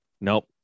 Nope